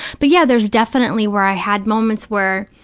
but yeah, there's definitely where i had moments where,